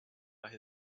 about